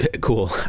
Cool